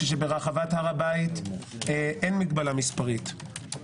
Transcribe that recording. כשברחת הר הבית אין הגבלה מספרית,